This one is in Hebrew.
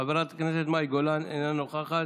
חברת הכנסת מאי גולן, אינה נוכחת,